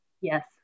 Yes